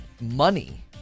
Money